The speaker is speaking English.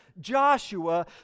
Joshua